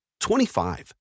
25